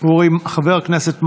חבר הכנסת מקלב.